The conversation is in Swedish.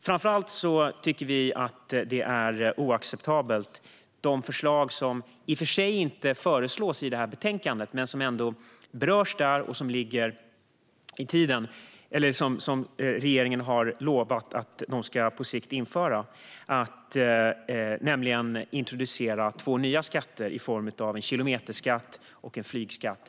Det finns två nya skatter som inte föreslås i detta betänkande men som ändå berörs och som regeringen har lovat att införa på sikt, nämligen kilometerskatt och flygskatt.